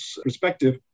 perspective